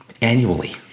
Annually